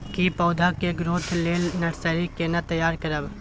की पौधा के ग्रोथ लेल नर्सरी केना तैयार करब?